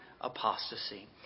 apostasy